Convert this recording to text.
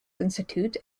institute